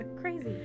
Crazy